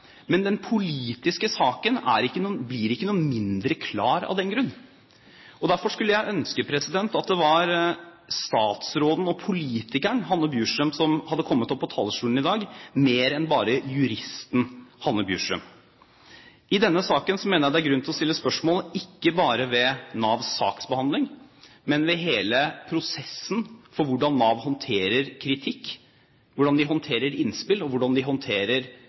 Men den politiske saken blir ikke noe mindre klar av den grunn. Derfor skulle jeg ønske at det var statsråden og politikeren Hanne Inger Bjurstrøm som hadde kommet opp på talerstolen i dag – ikke bare juristen Hanne Inger Bjurstrøm. I denne saken mener jeg det er grunn til å stille spørsmål ikke bare ved Navs saksbehandling, men ved hele prosessen med tanke på hvordan Nav håndterer kritikk, hvordan de håndterer innspill, og hvordan de håndterer